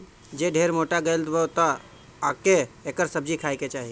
जे ढेर मोटा गइल बा तअ ओके एकर सब्जी खाए के चाही